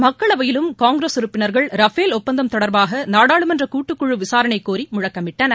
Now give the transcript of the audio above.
மக்களவையிலும் காங்கிரஸ் உறப்பினர்கள் ரஃபேல் ஒப்பந்தம் தொடர்பாக நாடாளுமன்ற கூட்டுக்குழு விசாரணை கோரி முழக்கமிட்டனர்